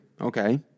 Okay